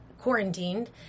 quarantined